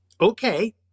Okay